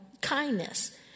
kindness